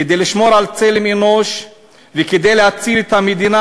כדי לשמור על צלם אנוש וכדי להציל את המדינה